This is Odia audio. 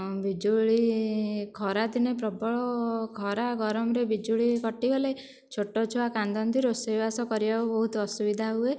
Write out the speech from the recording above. ବିଜୁଳି ଖରାଦିନେ ପ୍ରବଳ ଖରା ଗରମରେ ବିଜୁଳି କଟିଗଲେ ଛୋଟ ଛୁଆ କାନ୍ଦନ୍ତି ରୋଷେଇ ବାସ କରିବାକୁ ବହୁତ ଅସୁବିଧା ହୁଏ